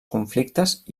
conflictes